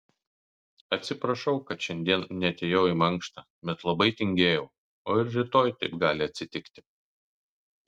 atsiprašau kad šiandien neatėjau į mankštą bet labai tingėjau o ir rytoj taip gali atsitikti